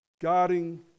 guarding